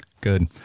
good